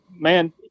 man